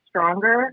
stronger